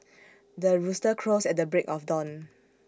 the rooster crows at the break of dawn